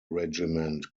regiment